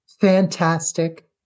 fantastic